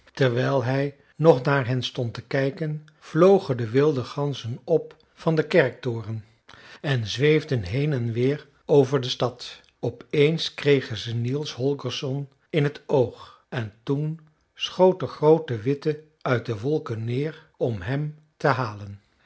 terwijl hij nog naar hen stond te kijken vlogen de wilde ganzen op van den kerktoren en zweefden heen en weer over de stad op eens kregen ze niels holgersson in t oog en toen schoot de groote witte uit de wolken neer om hem te halen